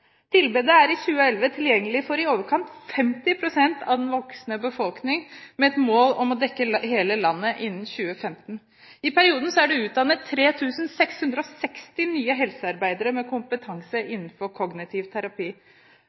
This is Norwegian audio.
Tilbudet er i 2011 tilgjengelig for i overkant av 50 pst. av den voksne befolkningen, med mål om å dekke hele landet innen 2015. I perioden er det utdannet 3 660 nye helsearbeidere med kompetanse innenfor kognitiv terapi.